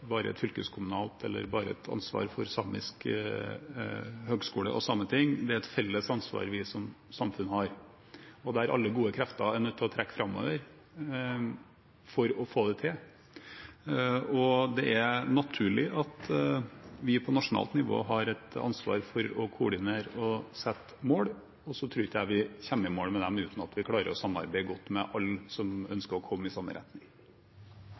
felles ansvar vi som samfunn har, og alle gode krefter er nødt til å trekke framover for å få det til. Det er naturlig at vi på nasjonalt nivå har et ansvar for å koordinere og sette mål, men jeg tror ikke at vi når dem uten at vi klarer å samarbeide godt med alle som ønsker å komme i samme retning.